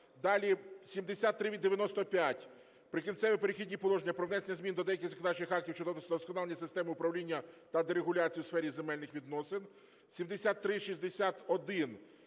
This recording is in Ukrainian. Далі 7395, "Прикінцеві і перехідні положення" про внесення змін до деяких законодавчих актів щодо вдосконалення системи управління та дерегуляцію у сфері земельних відносин. 7361,